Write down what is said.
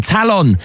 Talon